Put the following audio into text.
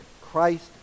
Christ